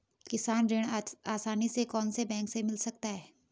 किसान ऋण आसानी से कौनसे बैंक से मिल सकता है?